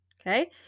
Okay